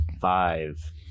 five